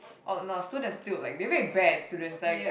orh no students still like they very bad students like